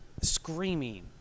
screaming